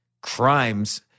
crimes